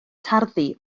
tarddu